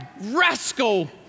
rascal